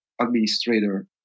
administrator